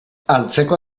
antzeko